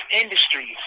Industries